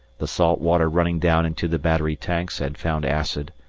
the salt water running down into the battery tanks had found acid,